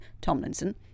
Tomlinson